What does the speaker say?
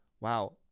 Wow